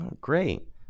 Great